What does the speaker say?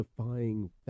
defying